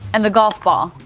and the golf ball.